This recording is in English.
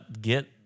get